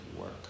work